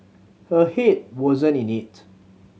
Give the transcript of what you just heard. her head wasn't in it